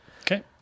Okay